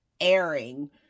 airing